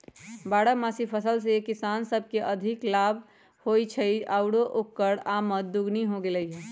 बारहमासी फसल से किसान सब के अधिक लाभ होई छई आउर ओकर आमद दोगुनी हो गेलई ह